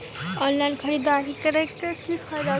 Online खरीददारी करै केँ की फायदा छै?